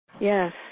Yes